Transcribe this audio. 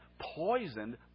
poisoned